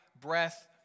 breath